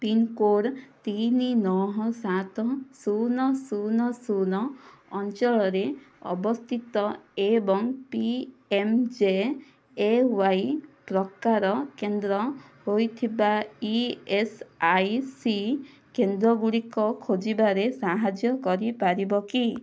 pin code ତିନି ନଅ ସାତ ଶୂନ ଶୂନ ଶୂନ ଅଞ୍ଚଳରେ ଅବସ୍ଥିତ ଏବଂ P M J A Y ପ୍ରକାର କେନ୍ଦ୍ର ହୋଇଥିବା ଇ ଏସ୍ ଆଇ ସି କେନ୍ଦ୍ରଗୁଡ଼ିକ ଖୋଜିବାରେ ସାହାଯ୍ୟ କରିପାରିବ କି